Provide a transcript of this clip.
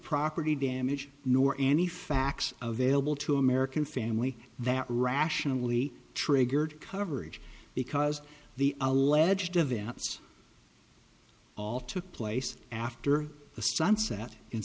property damage nor any facts available to american family that rationally triggered coverage because the alleged events all took place after the sunset in